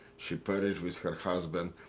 she perished with her husband.